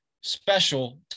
special